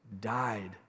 died